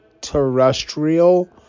terrestrial